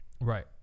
Right